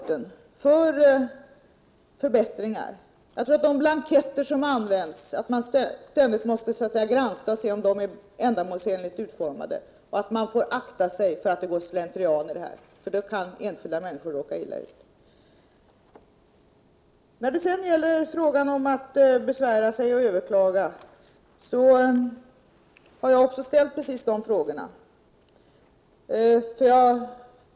De blanketter som 14 mars 1988 används måste ständigt granskas, så att man ser till att de är ändamålsenligt utformade. Man får också akta sig för att det går slentrian i detta, för då kan enskilda människor råka illa ut. I fråga om att besvära sig och överklaga har jag rest precis de frågor som Göran Ericsson tog upp.